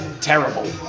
terrible